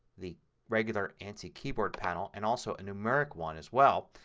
the regular anti keyboard panel, and also a numeric one as well.